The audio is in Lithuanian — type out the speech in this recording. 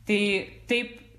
tai taip